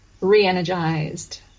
re-energized